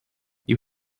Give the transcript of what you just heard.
you